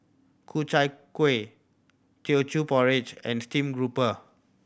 Ku Chai Kueh Teochew Porridge and stream grouper